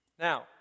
Now